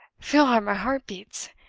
feel how my heart beats!